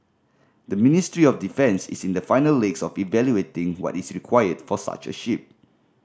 the Ministry of Defence is in the final legs of evaluating what is required for such a ship